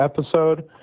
episode